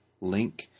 link